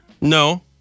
No